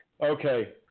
Okay